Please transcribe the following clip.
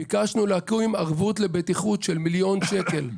ביקשנו להקים ערבות לבטיחות של מיליון שקל.